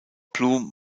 blum